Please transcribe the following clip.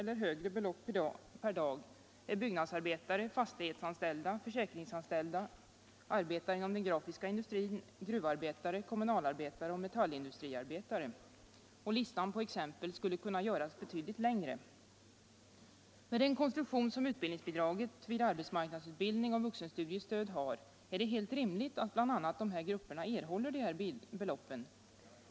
eller mer per dag är: byggnadsarbetare, fastighetsanställda, försäkringsanställda, arbetare inom den grafiska industrin, gruvarbetare, kommunalarbetare och metallindustriarbetare. Listan på exempel skulle kunna göras betydligt längre. Med den konstruktion som utbildningsbidraget vid arbetsmarknadsutbildning och vuxenstudiestöd har är det helt rimligt att bl.a. dessa grupper erhåller de här beloppen.